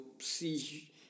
see